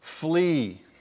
Flee